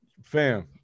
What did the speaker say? Fam